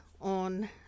on